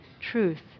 truth